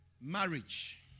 marriage